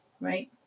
right